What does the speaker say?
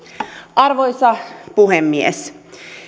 arvoisa puhemies